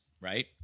right